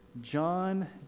John